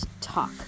talk